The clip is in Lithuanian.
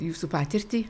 jūsų patirtį